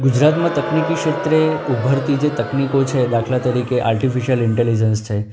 ગુજરાતમાં તકનીકી ક્ષેત્રે ઊભરતી જે તકનિકો છે દાખલા તરીકે આર્ટિફિસ્યલ ઇન્ટેલિજન્સ છે